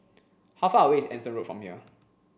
how far away is Anson Road from here